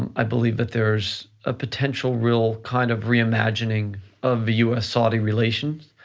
um i believe that there's a potential real kind of re-imagining of the us-saudi relations,